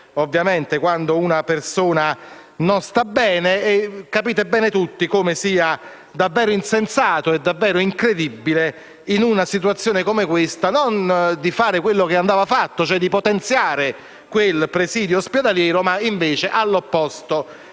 ovviamente, quando una persona non sta bene, e capite bene tutti come sia davvero insensato e incredibile, in una situazione come questa, non solo non fare quello che andava fatto, e cioè potenziare il presidio ospedaliero, ma all'opposto,